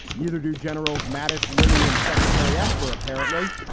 neither do generals mattis, lilly and secretary esper, apparently.